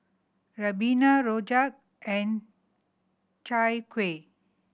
ribena rojak and Chai Kueh